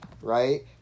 right